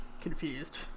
confused